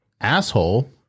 asshole